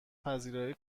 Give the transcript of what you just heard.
پذیرایی